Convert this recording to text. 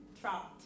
trapped